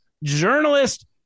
journalist